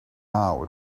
now